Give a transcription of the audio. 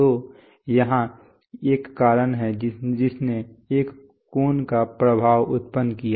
तो यहाँ एक कारण है जिसने एक कोण का प्रभाव उत्पन्न किया